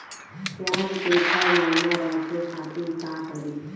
प्याज के छह महीना रखे खातिर का करी?